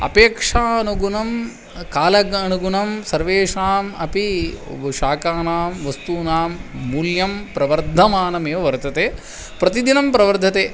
अपेक्षानुगुणं कालाणुगुणं सर्वेषाम् अपि शाकानां वस्तूनां मूल्यं प्रवर्धमानमेव वर्तते प्रतिदिनं प्रवर्धते